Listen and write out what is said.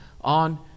on